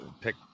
pick